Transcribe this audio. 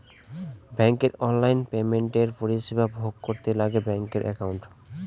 ব্যাঙ্কের অনলাইন পেমেন্টের পরিষেবা ভোগ করতে লাগে ব্যাঙ্কের একাউন্ট